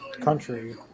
country